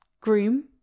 Groom